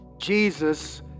Jesus